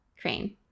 Crane